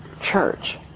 church